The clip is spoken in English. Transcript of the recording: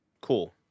cool